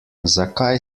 zakaj